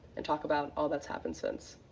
and talk about all that's happened since.